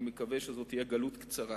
ואני מקווה שזו תהיה גלות קצרה,